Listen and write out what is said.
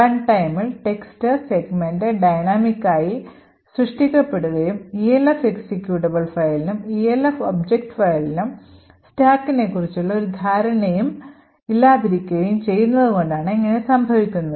റൺടൈമിൽ text segment dynamic ആയി സൃഷ്ടിക്കപ്പെടുകയും ELF executable fileനും ELF ഒബ്ജക്റ്റ് fileനും സ്റ്റാക്കിനെക്കുറിച്ച് ഒരു ധാരണയും ഇല്ലാതിരിക്കുകയും ചെയ്യുന്നതു കൊണ്ടാണ് ഇങ്ങനെ സംഭവിക്കുന്നത്